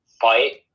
fight